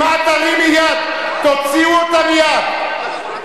אם את תרימי יד, תוציאו אותה מייד.